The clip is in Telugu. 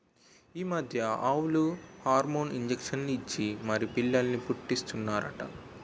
ఈ మధ్య ఆవులకు హార్మోన్ ఇంజషన్ ఇచ్చి మరీ పిల్లల్ని పుట్టీస్తన్నారట